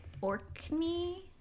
Orkney